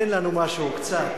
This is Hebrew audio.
תן לנו משהו, קצת.